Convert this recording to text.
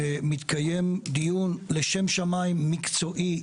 מתקיים דיון לשם שמיים מקצועי,